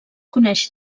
coneix